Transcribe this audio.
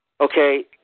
Okay